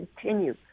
continue